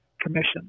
Commission